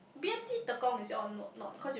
B_M_T Tekong is on what not cause you